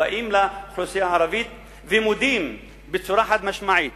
באים לאוכלוסייה הערבית ומודים בצורה חד-משמעית